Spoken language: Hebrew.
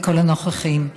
וכל הנוכחים,